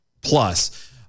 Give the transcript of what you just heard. plus